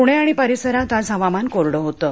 पुणे आणि परिसरात आज हवामान कोरडं होतं